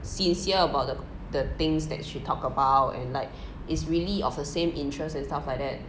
sincere about the the things that she talk about and like is really of the same interests and stuff like that